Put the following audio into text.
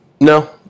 No